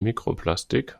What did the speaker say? mikroplastik